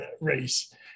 race